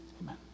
amen